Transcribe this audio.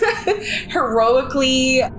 Heroically